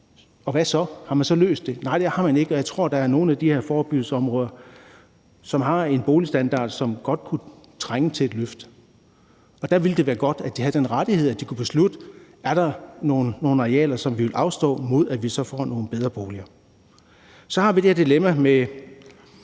og hvad så? Har man så løst det? Nej, det har man ikke. Og jeg tror, at der er nogle af de her forebyggelsesområder, som har en boligstandard, som godt kunne trænge til et løft, og der ville det være godt, at de havde den rettighed, at de kunne beslutte, om der var nogle arealer, som de ville afstå, mod at de så fik nogle bedre boliger. Så har vi det her dilemma –